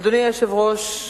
אדוני היושב-ראש,